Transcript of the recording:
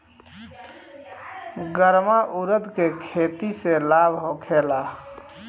गर्मा उरद के खेती से लाभ होखे ला?